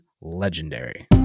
legendary